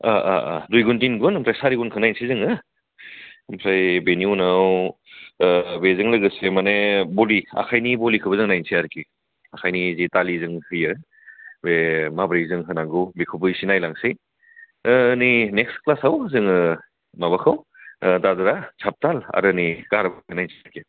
ओह ओह ओह दुइ गुन थिन गुन ओमफ्राय सारि गुनखौ नायनोसै जोङो ओमफ्राय बेनि उनाव बेजों लोगोसे माने बलि आखाइनि बलिखौबो जों नायनोसै आरोखि आखायनि जे थालि जों हुयो बे माबोरै जों होनांगौ बेखौबो एसे नायलांनोसै नै नेक्सट क्लासाव जोङो माबाखौ दाद्रा साबथाल आरो नै खाहारुबा नायनोसै दे